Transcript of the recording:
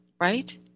right